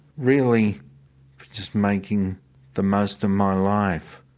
really just making the most of my life.